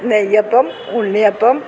neyyappam unniyappam